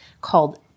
called